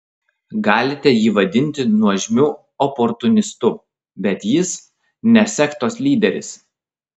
galite jį vadinti nuožmiu oportunistu bet jis ne sektos lyderis